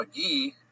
McGee